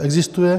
Existuje?